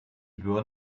birnen